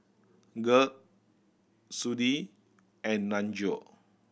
Garth Sudie and Nunzio